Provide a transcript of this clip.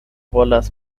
volas